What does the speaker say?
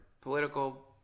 political